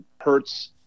hurts